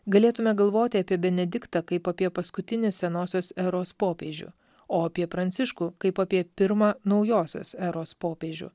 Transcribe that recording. galėtume galvoti apie benediktą kaip apie paskutinį senosios eros popiežių o apie pranciškų kaip apie pirmą naujosios eros popiežių